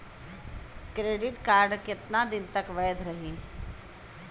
Credit card कितना दिन तक वैध रही?